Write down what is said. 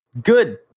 good